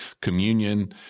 communion